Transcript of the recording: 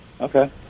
Okay